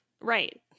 Right